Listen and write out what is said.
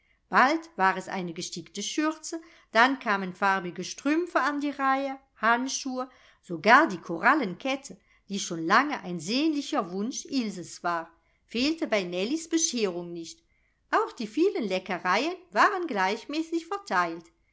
bald war es eine gestickte schürze dann kamen farbige strümpfe an die reihe handschuhe sogar die korallenkette die schon lange ein sehnlicher wunsch ilses war fehlte bei nellies bescherung nicht auch die vielen leckereien waren gleichmäßig verteilt